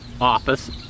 Office